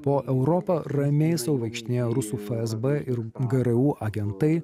po europą ramiai sau vaikštinėja rusų fsb ir gru agentai